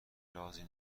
رازی